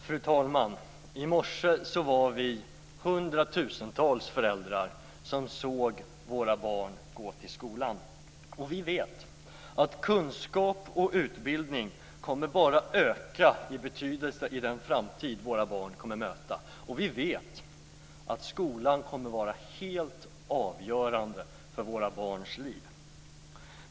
Fru talman! I morse var vi hundratusentals föräldrar som såg våra barn gå till skolan. Vi vet att kunskap och utbildning bara kommer att öka i betydelse i den framtid våra barn kommer att möta. Vi vet att skolan kommer att vara helt avgörande för våra barns liv.